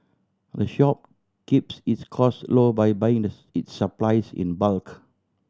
the shop keeps its cost low by buying this its supplies in bulk